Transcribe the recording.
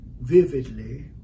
vividly